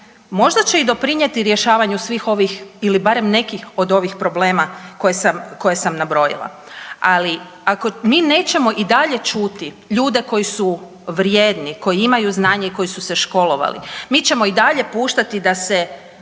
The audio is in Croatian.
možda će i doprinijeti rješavanju svih ovih ili barem nekih od ovih problema koje sam nabrojila, ali ako mi nećemo i dalje čuti ljude koji su vrijedni, koji imaju znanje i koji su se školovali, mi ćemo i dalje puštati da se